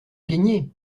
gagné